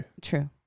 True